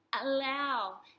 allow